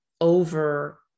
over